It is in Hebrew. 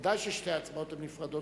ודאי ששתי ההצבעות הן נפרדות.